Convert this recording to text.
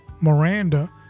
miranda